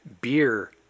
beer